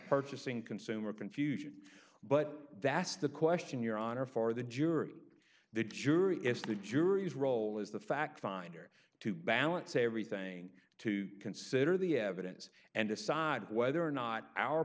purchasing consumer confusion but that's the question your honor for the jury the jury is the jury's role is the fact finder to balance everything to consider the evidence and decide whether or not our